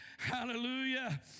Hallelujah